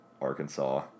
Arkansas